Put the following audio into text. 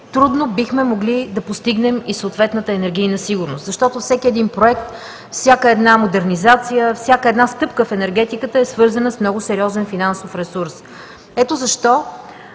трудно бихме могли да постигнем и съответната енергийна сигурност, защото всеки проект, всяка модернизация, всяка стъпка в енергетиката е свързана с много сериозен финансов ресурс. Ето защо